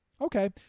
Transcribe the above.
okay